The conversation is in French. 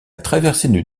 traversée